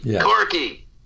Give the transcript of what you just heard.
Corky